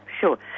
sure